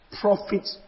profit